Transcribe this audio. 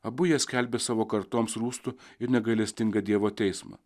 abu jie skelbia savo kartoms rūstų ir negailestingą dievo teismą